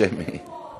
בשם מי?